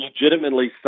legitimately